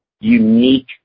unique